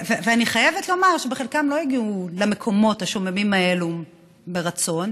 ואני חייבת לומר שחלקם לא הגיעו למקומות השוממים האלו מרצון.